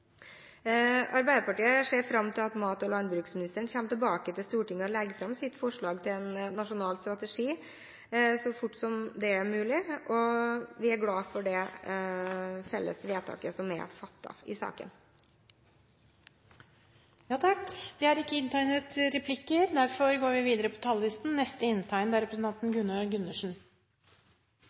Arbeiderpartiet ser fram til at mat- og landbruksministeren kommer tilbake til Stortinget og legger fram sitt forslag til en nasjonal strategi så fort det er mulig, og vi er glad for det felles vedtaket som er fattet i saken. Det har vært greie redegjørelser både fra saksordføreren og – i og for seg – fra representanten